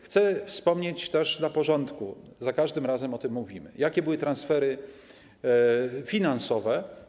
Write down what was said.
Chcę wspomnieć dla porządku o tym - za każdym razem o tym mówimy - jakie były transfery finansowe.